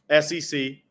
SEC